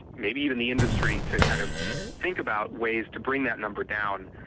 maybe even the industry, to kind of think about ways to bring that number down.